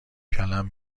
کلم